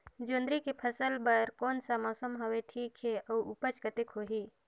जोंदरी के फसल बर कोन सा मौसम हवे ठीक हे अउर ऊपज कतेक होही?